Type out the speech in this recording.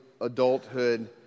adulthood